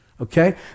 okay